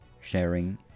sharing